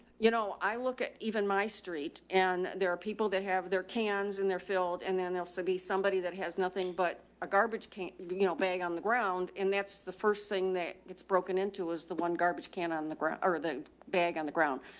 you know, i look at even my street and there are people that have their cans in their field and then there'll still be somebody that has nothing but a garbage can, you know, bag on the ground. and that's the first thing that gets broken into was the one garbage can on the ground or the bag on the ground.